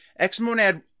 Xmonad